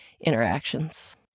interactions